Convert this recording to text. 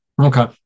Okay